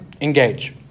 engage